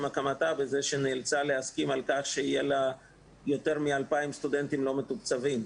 הקמתה בזה שנאלצה להסכים שיהיו לה יותר מ-2,000 סטודנטים לא מתוקצבים,